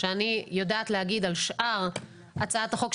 שאני יודעת להגיד על שאר הצעת החוק,